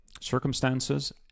Circumstances